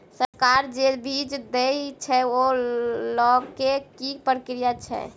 सरकार जे बीज देय छै ओ लय केँ की प्रक्रिया छै?